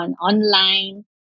online